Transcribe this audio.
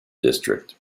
district